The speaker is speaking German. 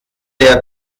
der